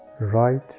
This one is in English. right